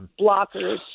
blockers